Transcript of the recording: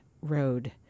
road